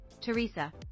Teresa